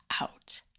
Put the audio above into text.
out